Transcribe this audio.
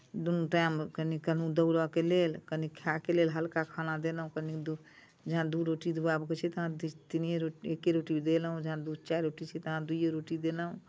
दूनू टाइम कनी कहलहुँ दौड़यके लेल कनी खायके लेल हल्का खाना देलहुँ कनी दू जखन दू रोटी दुआबयके छै तखन तीनिए रोटी एक्के रोटी देलहुँ जखन चारि रोटी छै तखन दुइए रोटी देलहुँ